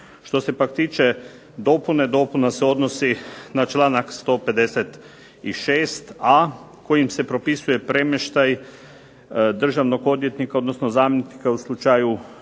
Što se pak tiče dopune, dopuna se odnosi na članak 156.a kojim se propisuje premještaj državnog odvjetnika odnosno zamjenika u slučaju